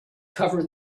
cover